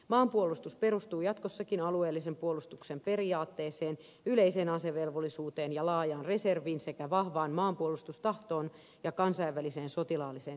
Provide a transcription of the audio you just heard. maanpuolustus perustuu jatkossakin alueellisen puolustuksen periaatteeseen yleiseen asevelvollisuuteen ja laajaan reserviin sekä vahvaan maanpuolustustahtoon ja kansainväliseen sotilaalliseen yhteistyöhön